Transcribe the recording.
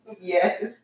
Yes